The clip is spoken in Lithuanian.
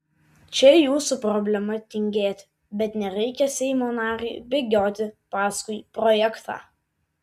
čia jūsų problema tingėti bet nereikia seimo nariui bėgioti paskui projektą